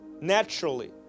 naturally